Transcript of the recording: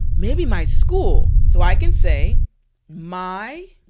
maybe my school. so i can say my